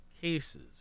cases